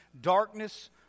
darkness